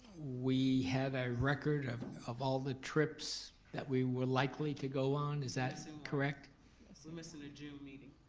we had a record of of all the trips that we were likely to go on, is that so correct? we're so missing a june meeting.